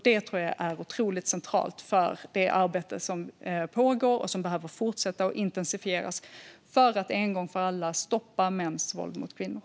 Det tror jag är otroligt centralt för det arbete som pågår och som behöver fortsätta och intensifieras för att en gång för alla stoppa mäns våld mot kvinnor.